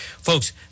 Folks